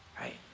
right